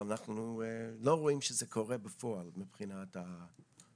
אבל אנחנו לא רואים שזה קורה בפועל מבחינת המדיניות.